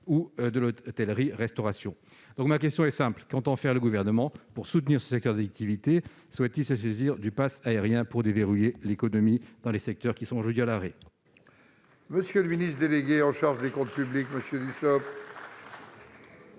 ou de l'hôtellerie-restauration. Ma question est simple : qu'entend faire le Gouvernement pour soutenir ce secteur d'activité ? Souhaite-t-il se saisir du pass sanitaire pour déverrouiller l'économie dans les secteurs qui sont aujourd'hui à l'arrêt ?